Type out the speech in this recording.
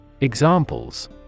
Examples